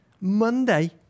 Monday